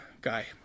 guy